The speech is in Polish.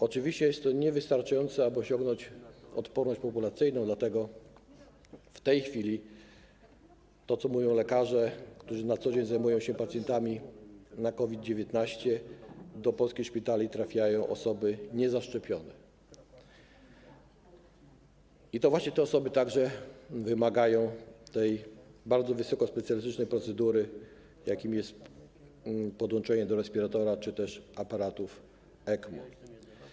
Oczywiście jest to niewystarczające, aby osiągnąć odporność populacyjną, dlatego w tej chwili, jak mówią lekarze, którzy na co dzień zajmują się pacjentami chorymi na COVID-19, do polskich szpitali trafiają osoby niezaszczepione i to właśnie te osoby wymagają tej bardzo wysokospecjalistycznej procedury, jaką jest podłączenie do respiratora czy też aparatów ECMO.